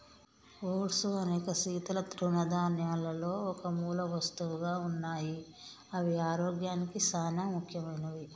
oats అనేక శీతల తృణధాన్యాలలో ఒక మూలవస్తువుగా ఉన్నాయి అవి ఆరోగ్యానికి సానా ముఖ్యమైనవి